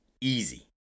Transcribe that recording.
easy